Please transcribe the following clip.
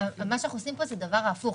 אבל מה שאנחנו עושים כאן זה דבר הפוך.